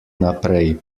naprej